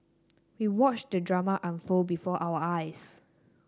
we watched the drama unfold before our eyes